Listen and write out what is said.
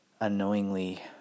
unknowingly